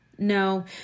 No